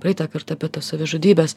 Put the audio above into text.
praeitąkart apie tos savižudybės